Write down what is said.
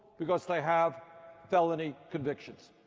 because they have felony convictions.